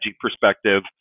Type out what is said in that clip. perspective